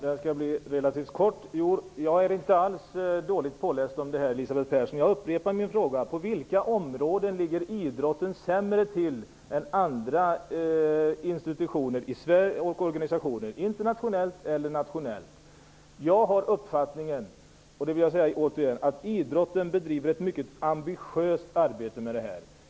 Herr talman! Jag är inte alls dåligt påläst. Jag upprepar min fråga: Är idrottsrörelsen sämre än andra institutioner och organisationer, internationellt eller nationellt? Jag har uppfattningen att idrottsrörelsen bedriver ett mycket ambitiöst arbete i den här frågan.